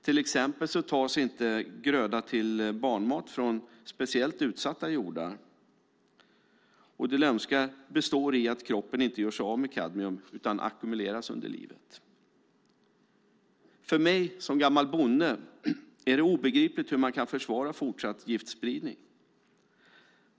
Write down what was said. Till exempel tas inte gröda till barnmat från speciellt utsatta jordar. Det lömska består i att kroppen inte gör sig av med kadmium, utan det ackumuleras under livet. För mig som gammal bonde är det obegripligt hur man kan försvara fortsatt giftspridning.